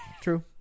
True